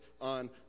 on